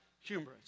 humorous